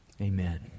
Amen